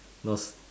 of